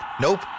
Nope